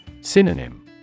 Synonym